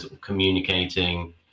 communicating